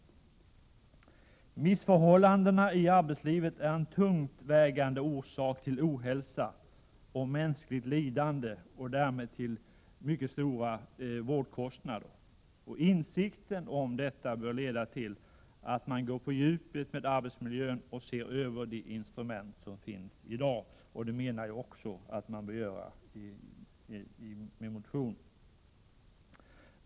Missförhållandena i arbetslivet är en mycket tungt vägande orsak till ohälsa och mänskligt lidande och därmed till stora vårdkostnader. Insikten om detta bör leda till att man går på djupet med arbetsmiljön och ser över de instrument som finns i dag. Det kräver vi också i motionen.